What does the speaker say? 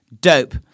dope